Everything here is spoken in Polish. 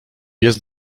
pies